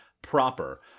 proper